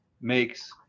makes